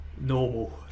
normal